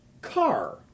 car